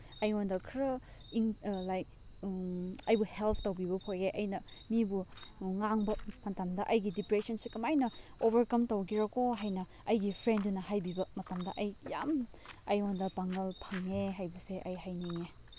ꯑꯩꯉꯣꯟꯗ ꯈꯔ ꯂꯥꯏꯛ ꯑꯩꯕꯨ ꯍꯦꯜꯞ ꯇꯧꯕꯤꯕ ꯊꯣꯛꯑꯦ ꯑꯩꯅ ꯃꯤꯕꯨ ꯉꯥꯡꯕ ꯃꯇꯝꯗ ꯑꯩꯒꯤ ꯗꯤꯄ꯭ꯔꯦꯁꯟꯁꯦ ꯀꯃꯥꯏꯅ ꯑꯣꯚꯔꯀꯝ ꯇꯧꯒꯦꯔꯥ ꯀꯣ ꯍꯥꯏꯅ ꯑꯩꯒꯤ ꯐ꯭ꯔꯦꯟꯗꯨꯅ ꯍꯥꯏꯕꯤꯕ ꯃꯇꯝꯗ ꯑꯩ ꯌꯥꯝ ꯑꯩꯉꯣꯟꯗ ꯄꯥꯡꯒꯜ ꯐꯪꯉꯦ ꯍꯥꯏꯕꯁꯦ ꯑꯩ ꯍꯥꯏꯅꯤꯡꯉꯦ